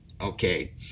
Okay